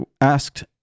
asked